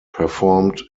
performed